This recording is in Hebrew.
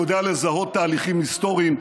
הוא יודע לזהות תהליכים היסטוריים.